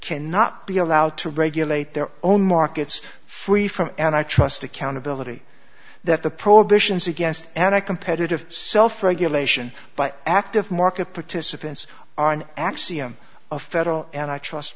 cannot be allowed to regulate their own markets free from and i trust accountability that the prohibitions against anti competitive self regulation by active market participants are an axiom of federal antitrust